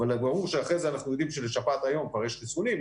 אבל ברור שאחרי כן אנחנו יודעים שלשפעת היום כבר יש חיסונים,